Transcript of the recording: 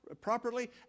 properly